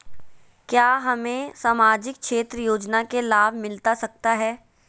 क्या हमें सामाजिक क्षेत्र योजना के लाभ मिलता सकता है?